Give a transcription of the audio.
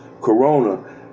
corona